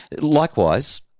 Likewise